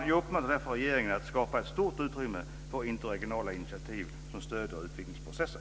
Jag uppmanar därför regeringen att skapa stort utrymme för interregionala initiativ som stöder utvidgningsprocessen.